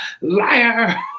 liar